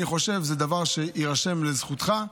אני חושב שזה דבר שיירשם לזכותך.